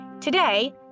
Today